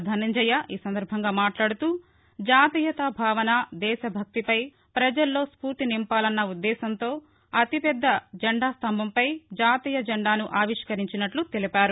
ధనుంజయ ఈ సందర్భంగా మాట్లాదుతూ జాతీయతాభావన దేశభక్తిపై ప్రజల్లో స్ఫూర్తినింపాలన్న ఉద్దేశ్యంతో అతిపెద్ద జెండా స్ధంభంపై జాతీయ జెండాను ఆవిష్కరించినట్ల తెలిపారు